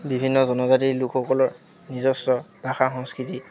বিভিন্ন জনজাতি লোকসকলৰ নিজস্ব ভাষা সংস্কৃতি